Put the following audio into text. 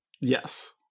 Yes